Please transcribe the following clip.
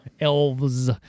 Elves